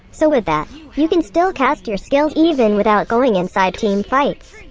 so with that, you can still cast your skills even without going inside team fights.